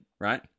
right